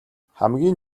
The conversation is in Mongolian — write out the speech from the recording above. хамгийн